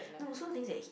no so things that he